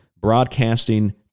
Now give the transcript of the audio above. broadcasting